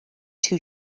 two